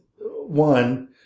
one